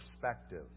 perspective